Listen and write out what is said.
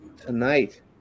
tonight